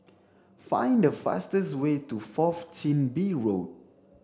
find the fastest way to Fourth Chin Bee Road